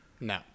No